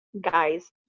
guys